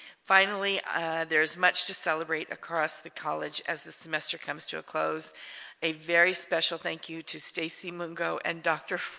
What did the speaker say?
finally there is much to celebrate across the college as the semester comes to a close a very special thank you to stacey mungo and dr.